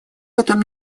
этом